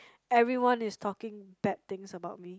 everyone is talking bad things about me